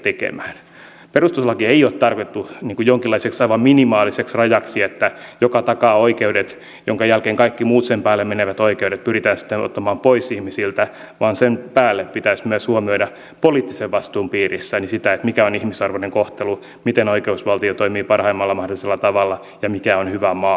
perustuslaki ei ole tarkoitettu jonkinlaiseksi aivan minimaaliseksi rajaksi joka takaa oikeudet minkä jälkeen kaikki muut sen päälle menevät oikeudet pyritään sitten ottamaan pois ihmisiltä vaan sen päälle pitäisi myös huomioida poliittisen vastuun piirissä sitä mikä on ihmisarvoinen kohtelu miten oikeusvaltio toimii parhaimmalla mahdollisella tavalla ja mikä on hyvä maa